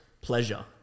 pleasure